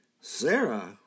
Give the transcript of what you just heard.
Sarah